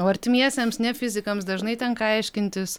o artimiesiems ne fizikams dažnai tenka aiškintis